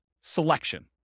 selection